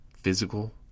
physical